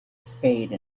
spade